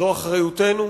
זו אחריותנו,